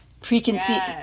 preconceived